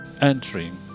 entering